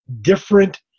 different